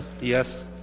yes